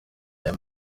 aya